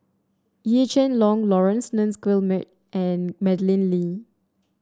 Yee Jenn Jong Laurence Nunns Guillemard and Madeleine Lee